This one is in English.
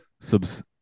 subs